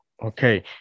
Okay